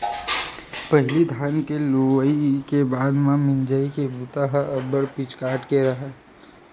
पहिली धान के लुवई के बाद म मिंजई के बूता ह अब्बड़ पिचकाट के राहय